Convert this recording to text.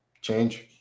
change